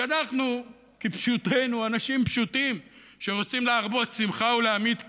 כשאנחנו כפשוטנו אנשים פשוטים שרוצים להרבות שמחה ולהמעיט כאב?